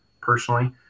personally